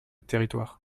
territoires